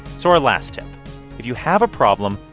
so our last tip if you have a problem,